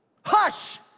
hush